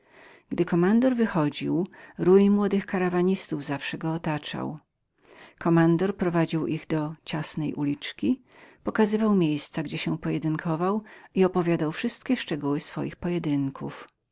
gdy kommandor wychodził rój młodych karawanistów zawsze go otaczał kommandor prowadził ich do ciasnej uliczki pokazywał miejsca gdzie się pojedynkował i opowiadał wszystkie szczegóły swoich pojedynków